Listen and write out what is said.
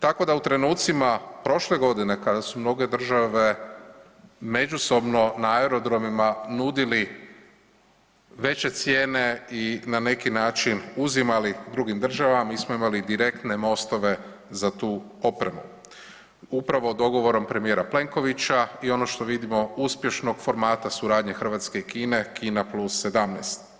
Tako da u trenucima prošle godine kada su mnoge države međusobno na aerodromima nudili veće cijene i na neki način uzimali drugim državama, mi smo imali direktne mostove za tu opremu upravo dogovorom premijera Plenkovića i ono što vidimo uspješnog formata suradnje Hrvatske i Kine, Kina+17.